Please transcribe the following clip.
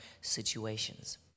situations